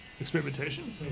experimentation